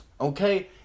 Okay